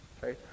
Right